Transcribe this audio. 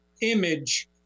image